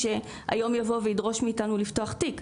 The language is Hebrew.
שהיום יבוא וידרוש מאיתנו לפתוח תיק.